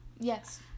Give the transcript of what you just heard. Yes